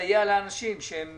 לסייע לאנשים שהם